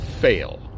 fail